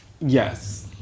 Yes